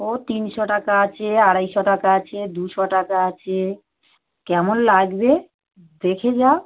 ও তিনশো টাকা আছে আড়াইশো টাকা আছে দুইশো টাকা আছে কেমন লাগবে দেখে যাও